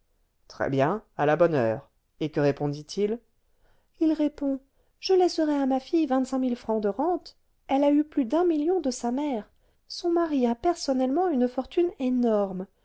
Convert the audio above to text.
très-bien à la bonne heure et que répondit-il il répond je laisserai à ma fille vingt-cinq mille francs de rentes elle a eu plus d'un million de sa mère son mari a personnellement une fortune énorme